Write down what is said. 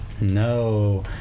No